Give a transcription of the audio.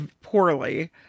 poorly